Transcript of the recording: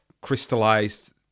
crystallized